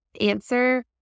answer